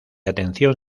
atención